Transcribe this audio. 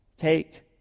Take